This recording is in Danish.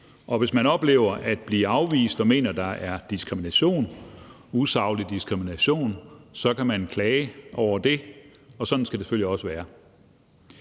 Og hvis man oplever at blive afvist og mener, at der er tale om usaglig diskrimination, kan man klage over det. Og sådan skal det selvfølgelig også være.